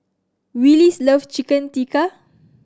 Willis love Chicken Tikka